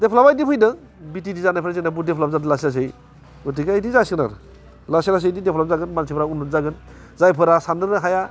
डेभलापआ बिदि फैदों बिटिएडि जानायनिफ्राय जोंना बुहुथ डेभेलप जादों जोंना लासै लासै गथिखे इदिनो जासिगोन आरो लासै लासै इदि डेभेलप जागोन मानसिफ्रा उनुथ जागोन जायफोरा सान्नो हाया